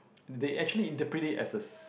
they actually interpret it as a